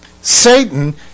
Satan